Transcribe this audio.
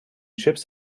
chips